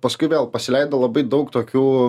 paskui vėl pasileido labai daug tokių